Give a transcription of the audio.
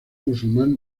musulmán